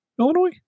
Illinois